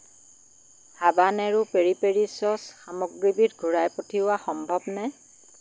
habanero peri peri sauce সামগ্ৰীবিধ ঘূৰাই পঠিওৱা সম্ভৱনে